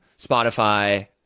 Spotify